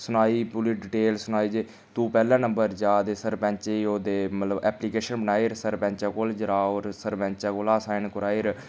सनाई पूरी डिटेल सनाई जे तूं पैह्ले नंबर जा ते सरपैंच ओह्दे मतलब ऐप्लीकेशन बनाई सरपैंच कोल जाओ होर सरपैंचा कोला साइन करवाई'र